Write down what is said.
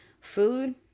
food